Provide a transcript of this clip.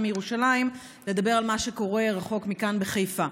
מירושלים לדבר על מה שקורה רחוק מכאן בחיפה.